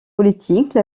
politique